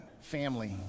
family